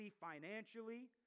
financially